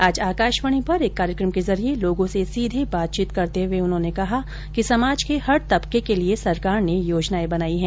आज आकाशवाणी पर एक कार्यक्रम के जरिये लोगों से सीधे बातचीत करते हुए उन्होंने कहा कि समाज के हर तबके के लिये सरकार ने योजनाएं बनाई हैं